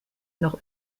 noch